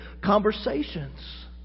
conversations